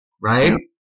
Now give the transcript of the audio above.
right